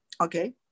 okay